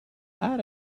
add